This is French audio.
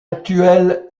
actuel